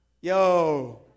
Yo